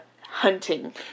hunting